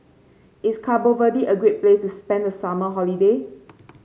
is Cabo Verde a great place to spend the summer holiday